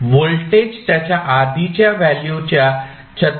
voltage त्याच्या आधीच्या value च्या 36